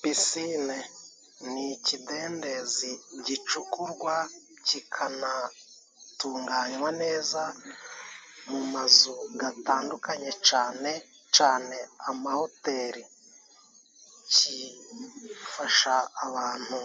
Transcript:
Pisine ni ikidendezi gicukurwa kikanatunganywa neza mu mazu gatandukanye cane cane amahoteli, kifasha abantu